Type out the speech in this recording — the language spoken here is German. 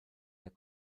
der